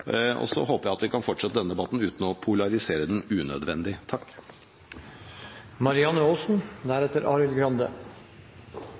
Så håper jeg at vi kan fortsette denne debatten uten å polarisere den unødvendig.